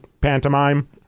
pantomime